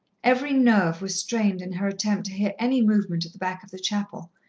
every nerve was strained in her attempt to hear any movement at the back of the chapel,